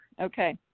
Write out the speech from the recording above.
Okay